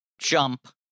jump